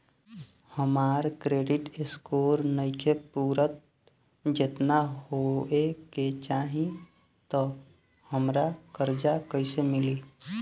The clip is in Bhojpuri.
हमार क्रेडिट स्कोर नईखे पूरत जेतना होए के चाही त हमरा कर्जा कैसे मिली?